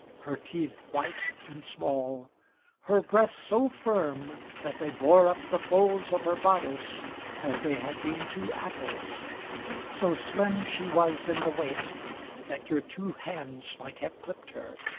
her teeth white and small her breasts so firm that they bore up the folds of her bodice as they had been two apples so slim she was in the waist that your two hands might have clipped her,